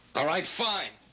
all right, fine!